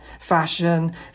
fashion